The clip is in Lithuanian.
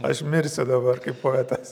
aš mirsiu dabar kaip poetas